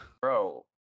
Bro